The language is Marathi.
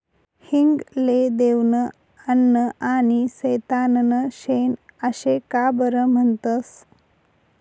हिंग ले देवनं अन्न आनी सैताननं शेन आशे का बरं म्हनतंस?